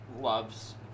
loves